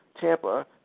Tampa